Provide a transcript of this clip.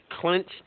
clinch